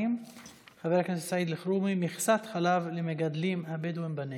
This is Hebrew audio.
של חבר הכנסת סעיד אלחרומי: מכסת חלב למגדלים הבדואים בנגב.